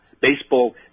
baseball